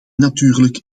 natuurlijk